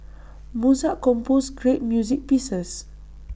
Mozart composed great music pieces